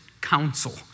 council